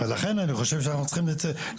אז לכן אני חושב שאנחנו צריכים להכניס